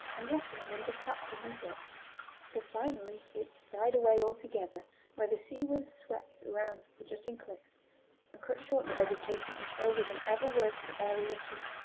and lessening into patches and dots till finally it died away all together where the sea winds swept round the jutting cliffs and cut short the vegetation as though with an ever-working aerial shears.